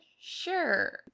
Sure